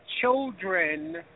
children